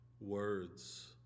words